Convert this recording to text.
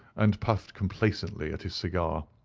and puffed complacently at his cigar.